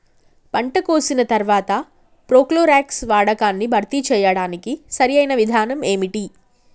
పంట కోసిన తర్వాత ప్రోక్లోరాక్స్ వాడకాన్ని భర్తీ చేయడానికి సరియైన విధానం ఏమిటి?